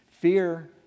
Fear